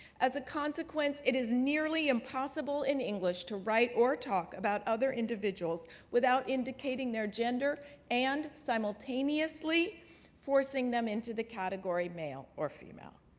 as a consequence, it is nearly impossible in english to write or talk about other individuals without indicating their gender and simultaneously forcing them into the category male or female.